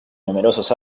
numerosos